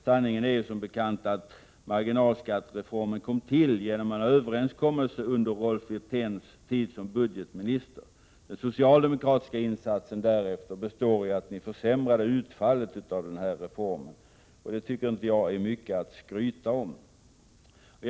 Sanningen är som bekant att marginalskattereformen kom till genom en överenskommelse under Rolf Wirténs tid som budgetminister. Den socialdemokratiska insatsen därefter består i att ni försämrade utfallet av den här reformen, och det tycker inte jag är mycket att skryta med.